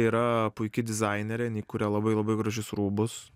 yra puiki dizainerė kuria labai labai gražius rūbus